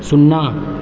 शुन्ना